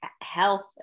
health